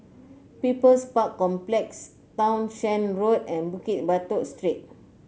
People's Park Complex Townshend Road and Bukit Batok Street